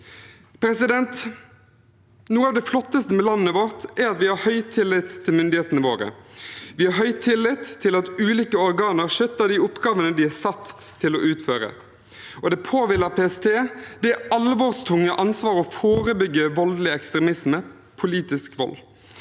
risikoen? Noe av det flotteste med landet vårt er at vi har høy tillit til myndighetene våre. Vi har høy tillit til at ulike organer skjøtter de oppgavene de er satt til å utføre, og det påhviler PST det alvorstunge ansvar å forebygge voldelig ekstremisme og politisk vold.